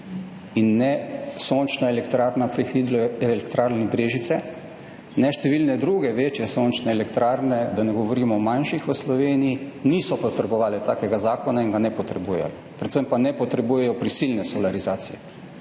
Ne sončna elektrarna pri Hidroelektrarni Brežice, ne številne druge večje sončne elektrarne, da ne govorimo o manjših, v Sloveniji niso potrebovale takega zakona in ga ne potrebujejo, predvsem pa ne potrebujejo prisilne solarizacije.